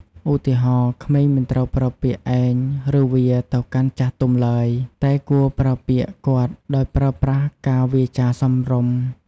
ឧទាហរណ៍ ក្មេងមិនត្រូវប្រើពាក្យ ឯង ឬ វា ទៅកាន់ចាស់ទុំឡើយ តែគួរប្រើពាក្យ គាត់ ដោយប្រើប្រាស់ការវាចារសមរម្យ។